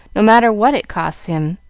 no matter what it costs him,